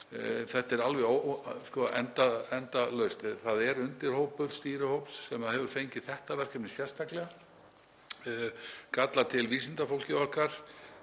Þetta er alveg endalaust. Það er undirhópur stýrihóps sem hefur fengið þetta verkefni sérstaklega, að kalla til vísindafólkið okkar